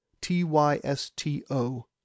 T-Y-S-T-O